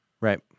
Right